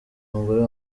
mugore